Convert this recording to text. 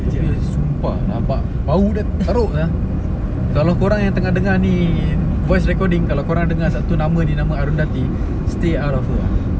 dia punya sumpah rabak bau dia teruk sia kalau korang yang tengah dengar ni voice recording kalau korang dengar satu nama ni nama arudati stay out of her ah